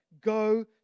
go